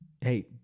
hey